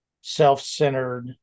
self-centered